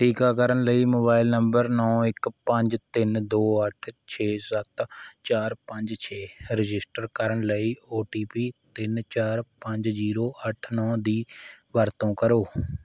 ਟੀਕਾਕਰਨ ਲਈ mobile number ਨੌ ਇੱਕ ਪੰਜ ਤਿੰਨ ਦੋੋ ਅੱਠ ਛੇ ਸੱਤ ਚਾਰ ਪੰਜ ਛੇ ਰਜਿਸਟਰ ਕਰਨ ਲਈ ਓ ਟੀ ਪੀ ਤਿੰਨ ਚਾਰ ਪੰਜ ਜੀਰੋ ਅੱਠ ਨੌ ਦੀ ਵਰਤੋਂ ਕਰੋ